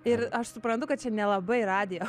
ir aš suprantu kad čia nelabai radijo